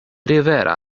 rivera